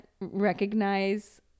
recognize